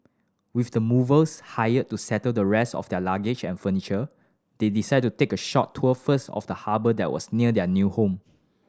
with the movers hired to settle the rest of their luggage and furniture they decided to take a short tour first of the harbour that was near their new home